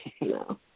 no